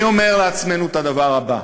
אני אומר לעצמנו את הדבר הבא: